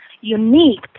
unique